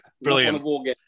Brilliant